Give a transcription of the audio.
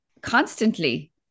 constantly